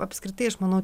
apskritai aš manau